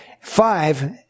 Five